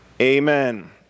Amen